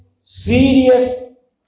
serious